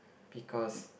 because